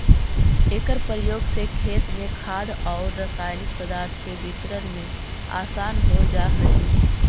एकर प्रयोग से खेत में खाद औउर रसायनिक पदार्थ के वितरण में आसान हो जा हई